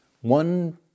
One